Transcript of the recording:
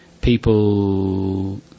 people